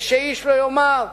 ושאיש לא יאמר,